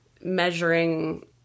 measuring